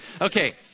Okay